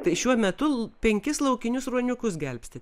tai šiuo metu penkis laukinius ruoniukus gelbstit